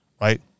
right